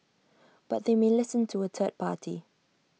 but they may listen to A third party